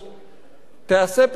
תיעשה פה חשיבה אחרת.